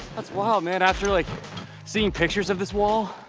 that's wild man after like seeing pictures of this wall